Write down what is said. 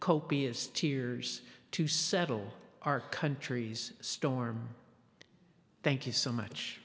copious tears to settle our country's storm thank you so much